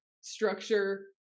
structure